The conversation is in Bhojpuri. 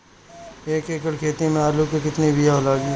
एक एकड़ खेती में आलू के कितनी विया लागी?